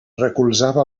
recolzava